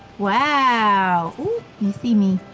wow, ooh, you see me.